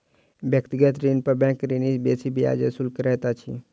व्यक्तिगत ऋण पर बैंक ऋणी सॅ बेसी ब्याज वसूल करैत अछि